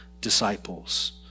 disciples